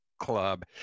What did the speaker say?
club